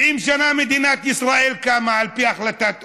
70 שנה, מדינת ישראל קמה על פי החלטת האו"ם,